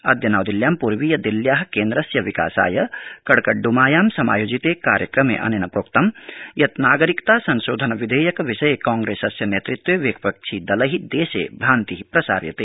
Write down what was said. अद्य नव दिल्ल्यां पूर्वीय दिल्ल्या केन्द्रस्य विकासाय कड़कड़इमायां समायोजिते कार्यक्रमे अनेन प्रोक्त यत् नागरिकता संशोधन विधेयक विषये कांप्रेसस्य नेतृत्वे विपक्षिदलै देशे भ्रान्ति प्रसार्यते